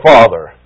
Father